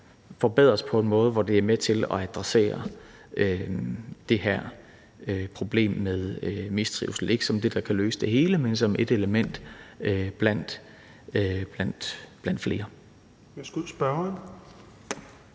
forbedres på en måde, hvor det er med til at adressere det her problem med mistrivsel. Det er ikke det, der kan løse det hele, men det er et element blandt flere.